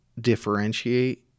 differentiate